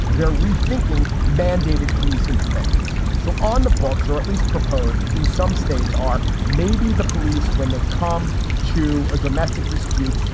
they're rethinking mandated police interventions. so on the books, or at least proposed in some states, are maybe the police, when they come to a domestic dispute,